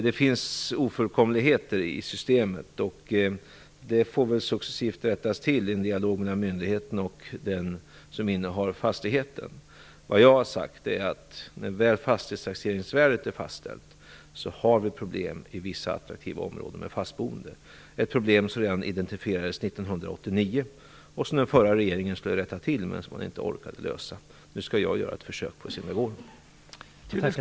Det finns alltså ofullkomligheter i systemet, och de får väl successivt rättas till i en dialog mellan myndigheten och den som innehar fastigheten. Vad jag har sagt är att när fastighetstaxeringsvärdet väl är fastställt har vi problem i vissa attraktiva områden med fastboende. Det är ett problem som identifierades redan 1989 och som den förra regeringen skulle ha rättat till men som den inte orkade lösa. Nu skall jag göra ett försök för att se om det går.